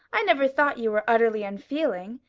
i never thought you were utterly unfeeling.